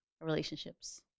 relationships